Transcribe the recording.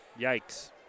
Yikes